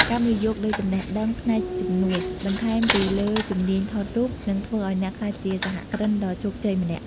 ការវិនិយោគលើចំណេះដឹងផ្នែកជំនួញ បន្ថែមពីលើជំនាញថតរូប នឹងធ្វើឱ្យអ្នកក្លាយជាសហគ្រិនដ៏ជោគជ័យម្នាក់។